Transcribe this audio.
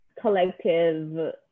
collective